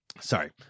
sorry